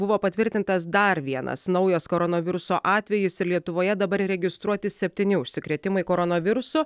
buvo patvirtintas dar vienas naujas koronaviruso atvejis ir lietuvoje dabar registruoti septyni užsikrėtimai koronavirusu